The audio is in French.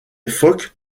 phoques